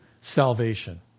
salvation